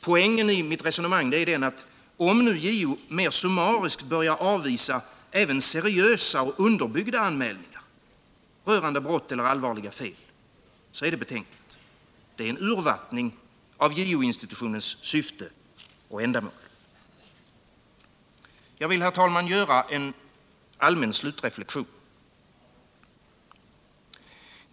Poängen i mitt resonemang är den att om JO mer summariskt börjar avvisa även seriösa och underbyggda anmälningar rörande brott eller allvarliga fel, så är det betänkligt. Det är en urvattning av JO-institutionens syfte och ändamål. Jag vill, herr talman, göra en allmän slutreflexion.